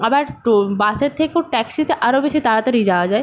আবার বাসের থেকেও ট্যাক্সিতে আরও বেশি তাড়াতাড়ি যাওয়া যায়